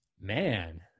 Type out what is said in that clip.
man